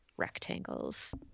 rectangles